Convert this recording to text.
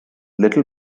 little